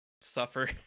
suffer